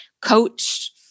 coach